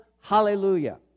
hallelujah